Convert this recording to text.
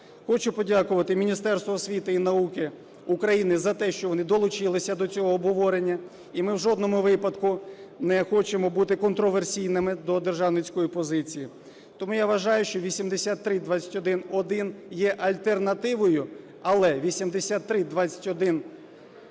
Хочу подякувати Міністерству освіти і науки України за те, що вони долучилися до цього обговорення. І ми в жодному випадку не хочемо бути контраверсійними до державницької позиції. Тому я вважаю, що 8321-1 є альтернативою. Але 8321-д,